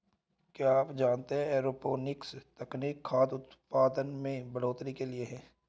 क्या आप जानते है एरोपोनिक्स तकनीक खाद्य उतपादन में बढ़ोतरी के लिए है?